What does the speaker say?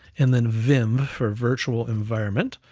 and then venv, for virtual environment,